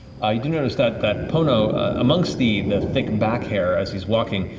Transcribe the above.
do notice that that pono, amongst the the thick back hair, as he's walking,